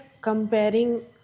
comparing